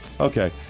Okay